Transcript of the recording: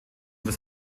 über